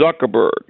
Zuckerberg